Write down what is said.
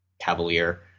cavalier